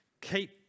Keep